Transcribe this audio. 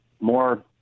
more